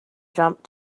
jump